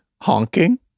Honking